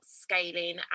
scaling